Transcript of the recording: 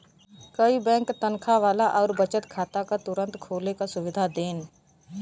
कई बैंक तनखा वाला आउर बचत खाता क तुरंत खोले क सुविधा देन